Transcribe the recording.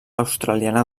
australiana